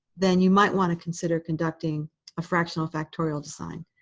then you might want to consider conducting a fractional factorial design.